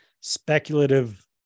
speculative